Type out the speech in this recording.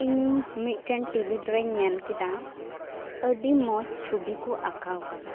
ᱤᱧ ᱢᱤᱫᱴᱮᱱ ᱴᱤᱵᱤᱞ ᱨᱮᱧ ᱧᱮᱞ ᱠᱮᱫᱟ ᱟᱹᱰᱤ ᱢᱚᱡᱽ ᱪᱷᱩᱵᱤᱠᱚ ᱟᱸᱠᱟᱣ ᱠᱟᱫᱟ